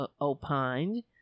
opined